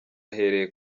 ahereye